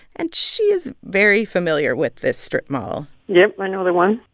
and she is very familiar with this strip mall yes, i know the one.